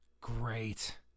great